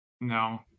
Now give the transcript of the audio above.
No